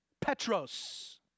Petros